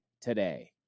today